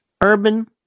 urban